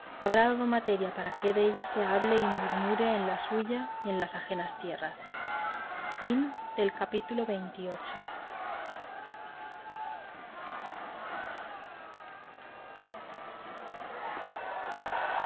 habrá dado materia para que de ella se hable y murmure en la suya y en las ajenas tierras capítulo